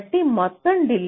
కాబట్టి మొత్తం delay NtpU